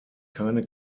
keine